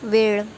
वेळ